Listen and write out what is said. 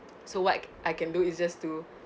so what I can do is just to